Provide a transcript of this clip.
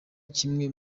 kimwe